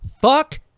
Fuck